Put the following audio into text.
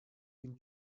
been